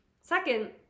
Second